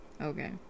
Okay